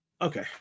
Okay